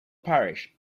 parish